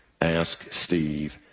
Asksteve